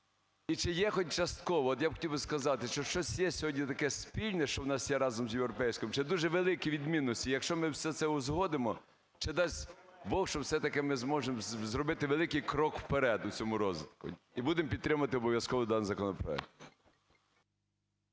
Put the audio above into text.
І чи є хоч частково, от я би хотів сказати, що є сьогодні таке спільне, що у нас є разом з європейським, чи дуже великі відмінності. Якщо ми це все узгодимо, чи дасть Бог, що все-таки ми зможемо зробити великий крок вперед у цьому розвитку. І будемо підтримувати обов'язково даний законопроект.